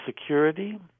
Security